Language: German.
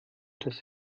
das